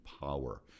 power